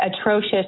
atrocious